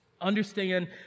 Understand